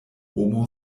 homo